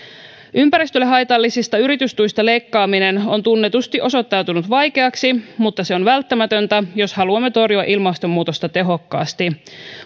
ympäristölle haitallisista yritystuista leikkaaminen on tunnetusti osoittautunut vaikeaksi mutta se on välttämätöntä jos haluamme torjua ilmastonmuutosta tehokkaasti